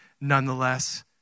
nonetheless